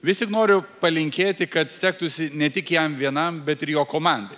vis tik noriu palinkėti kad sektųsi ne tik jam vienam bet ir jo komandai